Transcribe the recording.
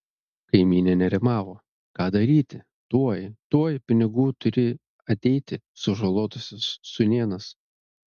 kaimynė nerimavo ką daryti tuoj tuoj pinigų turi ateiti sužalotosios sūnėnas